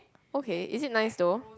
okay is it nice though